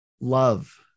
love